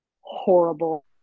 horrible